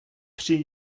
při